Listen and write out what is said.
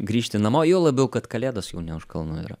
grįžti namo juo labiau kad kalėdos jau ne už kalnų yra